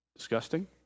disgusting